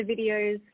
videos